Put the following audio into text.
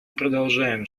продолжаем